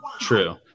True